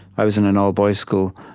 i was in an all-boys school,